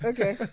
Okay